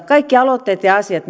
kaikki aloitteet ja ja asiat